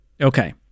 Okay